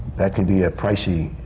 that could be a pricey